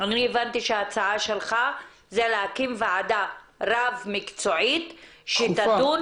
אני הבנתי שההצעה שלך זה להקים ועדה רב מקצועית שתדון